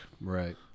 Right